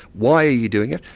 why are you doing it?